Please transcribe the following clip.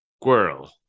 squirrel